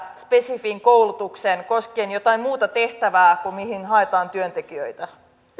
spesifin koulutuksen koskien jotain muuta tehtävää kuin mihin haetaan työntekijöitä